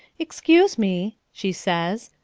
excuse me, she says,